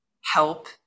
help